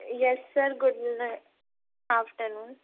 yes sir good night afternoon